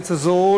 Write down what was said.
בארץ הזו,